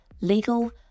legal